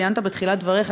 וציינת בתחילת דבריך,